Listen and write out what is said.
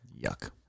Yuck